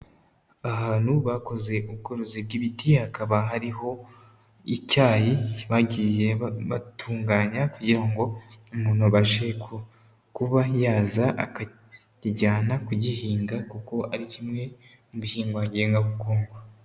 Ahantu bakoze ubworozi bw'ibiti hakaba hariho icyayi bagiye batunganya kugira ngo umuntu abashe kuba yaza akakijyana kugihinga kuko ari kimwe mu bihingwa ngenga bukungu.